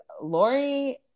Lori